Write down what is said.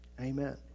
amen